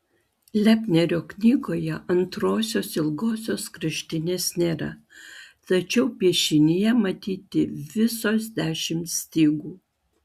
lepnerio knygoje antrosios ilgosios kraštinės nėra tačiau piešinyje matyti visos dešimt stygų